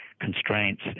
constraints